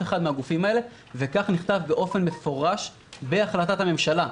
אחד מהגופים האלה וכך נכתב באופן מפורש בהחלטת הממשלה.